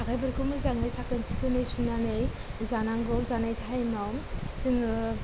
आखाइफोरखौ मोजाङै साखोन सिखोनै सुनानै जानांगौ जानाय टाइमाव जोङो